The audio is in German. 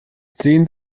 sehen